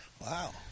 Wow